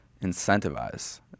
incentivize